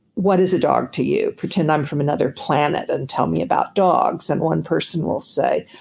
what is a dog to you. pretend i'm from another planet and tell me about dogs. and one person will say,